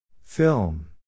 Film